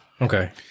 Okay